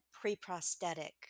pre-prosthetic